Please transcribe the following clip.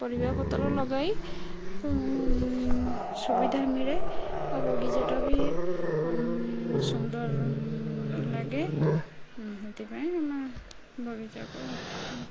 ପରିବାପତ୍ର ଲଗାଇ ସୁବିଧା ମିଳେ ଆଉ ବଗିଚାଟା ବି ସୁନ୍ଦର ଲାଗେ ସେଥିପାଇଁ ଆମେ ବଗିଚା କରୁ